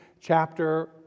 chapter